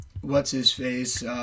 what's-his-face